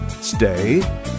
Stay